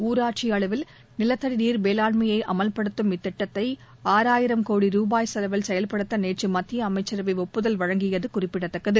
ஊராட்சி அளவில் நிலத்தடி நீர் மேலாண்மையை அமல்படுத்தும் இத்திட்டத்தை ஆறாயிரம் கோடி ரூபாய் செலவில் செயல்படுத்த நேற்று மத்திய அமைச்சரவை ஒப்புதல் வழங்கியது குறிப்பிடத்தக்கது